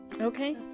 Okay